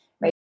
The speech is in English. right